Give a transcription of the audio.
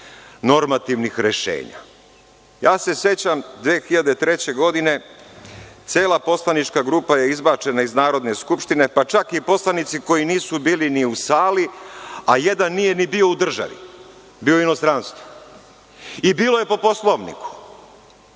normativnih rešenja.Sećam se 2003. godine, cela poslanička grupa je izbačena iz Narodne skupštine, pa čak i poslanici koji nisu bili ni u sali, a jedan nije ni bio u državi, bio je u inostranstvu i bilo je po Poslovniku,